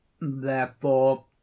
Therefore